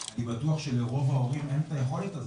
אבל אני בטוח שלרוב ההורים אין את היכולת הזאת,